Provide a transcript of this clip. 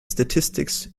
statistics